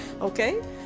Okay